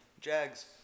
Jags